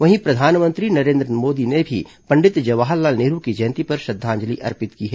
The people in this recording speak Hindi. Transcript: वहीं प्रधानमंत्री नरेन्द्र मोदी ने भी पंडित जवाहरलाल नेहरू की जयंती पर श्रद्धांजलि अर्पित की है